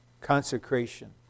consecration